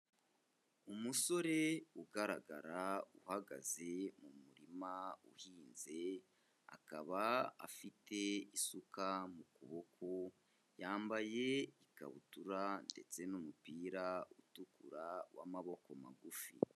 Umusore ugaragara uhagaze mu murima uhinze, akaba afite isuka mu kuboko yambaye ikabutura ndetse n'umupira utukura w'amaboko magufi.